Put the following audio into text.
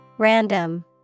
Random